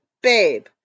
babe